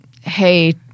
hey